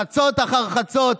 חצות אחר חצות,